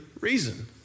reason